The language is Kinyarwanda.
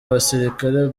abasirikare